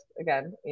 again